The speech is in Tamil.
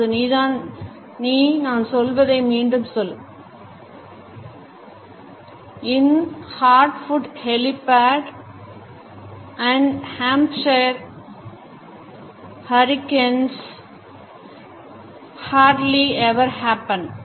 இப்போது நீ நான் சொல்வதை மீண்டும் சொல் in Hartford Hereford and Hampshire hurricanes hardly ever happen